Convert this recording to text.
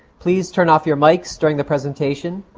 please turn off your mics during the presentation,